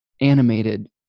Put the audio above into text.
animated